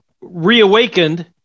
reawakened